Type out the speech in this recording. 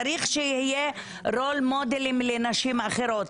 צריך רול מודלינג לנשים אחרות,